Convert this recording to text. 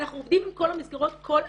אנחנו עובדים עם כל המסגרות כל הזמן.